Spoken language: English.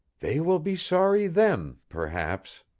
they will be sorry then, perhaps.